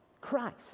Christ